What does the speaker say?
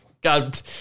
God